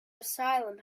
asylum